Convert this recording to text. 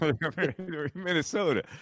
Minnesota